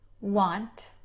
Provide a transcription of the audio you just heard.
want